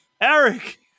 Eric